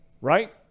right